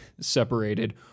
separated